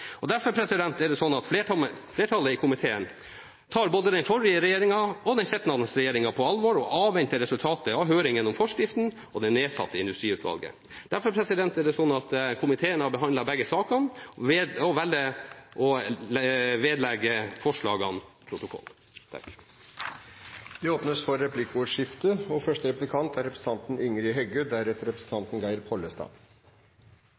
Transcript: Derfor tar flertallet i komiteen både den forrige og den sittende regjeringen på alvor og avventer resultatet av høringen om forskriften, og det nedsatte industriutvalget. Derfor har komiteen behandlet begge sakene og velger å foreslå å vedlegge forslagene protokollen. Det åpnes for replikkordskifte. Leveringsplikta ligg fast, vart det sagt i innlegget. Det står òg i merknadane. Representanten seier òg at land og hav må sjåast i samanheng. Kva legg eigentleg representanten